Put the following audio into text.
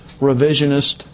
revisionist